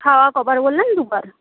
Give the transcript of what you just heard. খাওয়া কবার বললেন দুবার